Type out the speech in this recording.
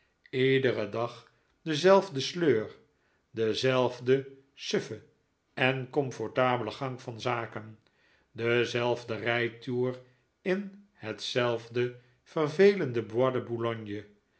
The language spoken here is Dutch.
iederen dag dezelfde sleur dezelfde suffe en comfortabele gang van zaken dezelfde rijtoer in hetzelfde vervelende bois de